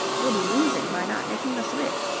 you'll be losing by not making the switch.